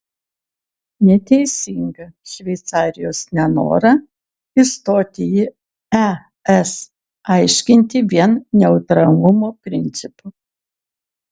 neteisinga šveicarijos nenorą įstoti į es aiškinti vien neutralumo principu